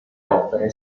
opere